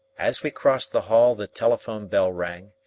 as we crossed the hall the telephone-bell rang,